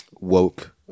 woke